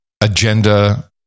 agenda